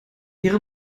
ihre